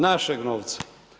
Našeg novca.